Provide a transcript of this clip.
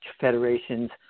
Federation's